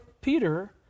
Peter